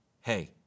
hey